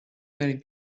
many